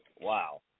wow